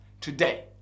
today